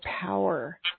power